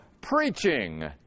preaching